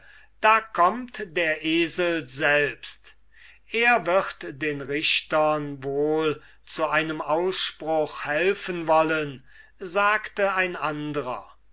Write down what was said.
da kommt der esel selbst er wird den richtern wohl zu einem ausspruch helfen wollen sagte ein andrer